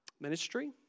Ministry